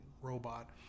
robot